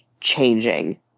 changing